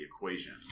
equation